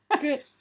good